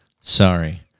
sorry